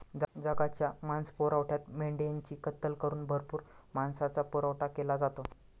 जगाच्या मांसपुरवठ्यात मेंढ्यांची कत्तल करून भरपूर मांसाचा पुरवठा केला जातो